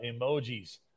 emojis